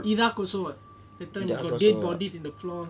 iraq also [what] that time got dead bodies on the floor